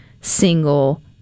single